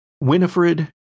Winifred